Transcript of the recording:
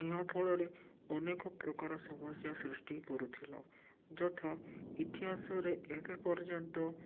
ଏହା ଫଳରେ ଅନେକ ପ୍ରକାର ସମସ୍ୟା ସୃଷ୍ଟି କରୁଥିଲା ଯଥା ଇତିହାସରେ ଏବେ ପର୍ଯ୍ୟନ୍ତ